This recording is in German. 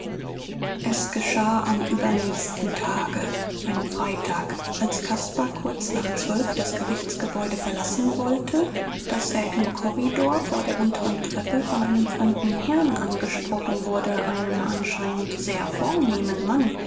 es geschah am übernächsten tage einem freitag als caspar kurz nach zwölf das gerichtsgebäude verlassen wollte daß er im korridor vor der unteren treppe von einem fremden herrn angesprochen wurde einem anscheinend sehr vornehmen mann